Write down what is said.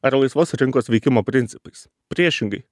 ar laisvos rinkos veikimo principais priešingai